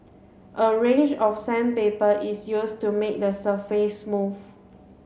a range of sandpaper is used to make the surface smooth